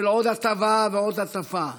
של עוד הטבה ועוד הטבה.